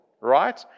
right